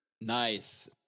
Nice